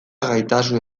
gaitasuna